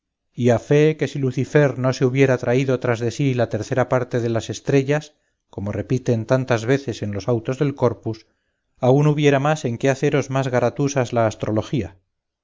a fee que si lucifer no se hubiera traído tras de sí la tercera parte de las estrellas como repiten tantas veces en los autos del corpus aun hubiera más en que haceros más garatusas la astrología